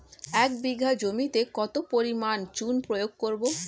এক বিঘা জমিতে কত পরিমাণ চুন প্রয়োগ করব?